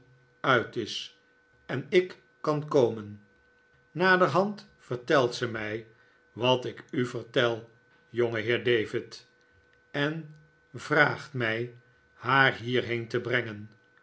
is en ik kan komen naderhand vertelt ze mij wat ik u vertel jongeheer david en vraagt mij haar hierheen te brengen